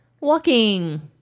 walking